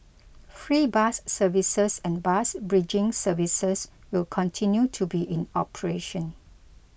free bus services and bus bridging services will continue to be in operation